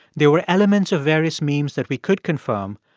there were elements of various memes that we could confirm,